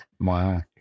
Wow